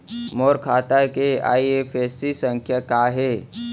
मोर खाता के आई.एफ.एस.सी संख्या का हे?